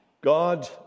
God